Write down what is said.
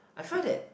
I find that